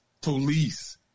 police